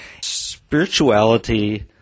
Spirituality